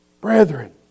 brethren